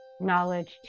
knowledge